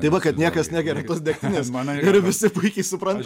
tai va kad niekas negeria degtinės ir visi puikiai supranta